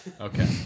Okay